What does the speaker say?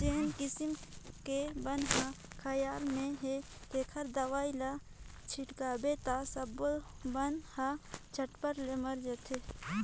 जेन किसम के बन हर खायर में हे तेखर दवई ल छिटबे त सब्बो बन हर सरपट ले मर जाथे